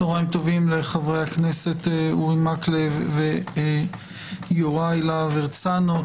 צהרים טובים לחברי הכנסת אורי מקלב ויוראי להב הרצנו,